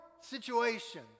situation